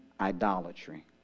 idolatry